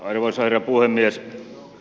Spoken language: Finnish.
arvoisa herra puhemies